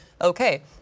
okay